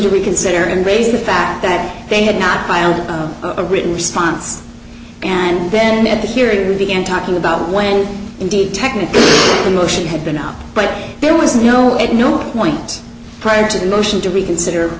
to reconsider and raise the fact that they had not filed a written response and then at the hearing we began talking about when indeed technically the motion had been up but there was no at no point prior to the motion to reconsider